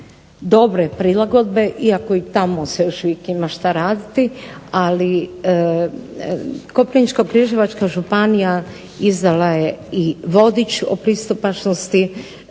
dobre prilagodbe iako i tamo se još uvijek ima šta raditi, ali Koprivničko-križevačka županija izdala je i vodič o pristupačnosti